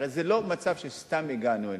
הרי זה לא מצב שסתם הגענו אליו.